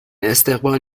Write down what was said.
استقبال